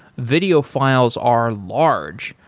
video files are large,